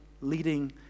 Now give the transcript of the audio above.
leading